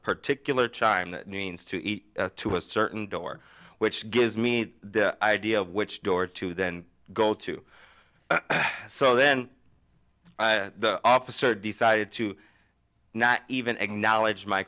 particular chime that means to eat to a certain door which gives me the idea of which door to then go to so then officer decided to not even acknowledge my